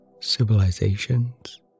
civilizations